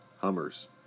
hummers